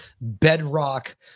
bedrock